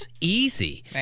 easy